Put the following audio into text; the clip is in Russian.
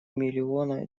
миллиона